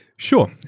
sure.